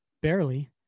Barely